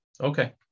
Okay